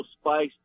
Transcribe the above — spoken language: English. spice